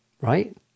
right